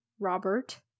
Robert